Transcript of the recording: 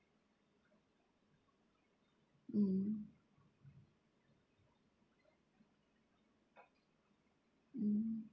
mm mm